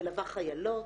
מלווה חיילות,